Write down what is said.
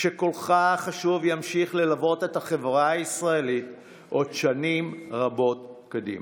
שקולך החשוב ימשיך ללוות את החברה הישראלית עוד שנים רבות קדימה.